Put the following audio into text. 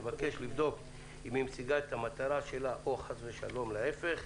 נבקש לבדוק אם היא משיגה את המטרה שלה או חס ושלום להפך.